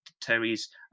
Terry's